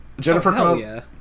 Jennifer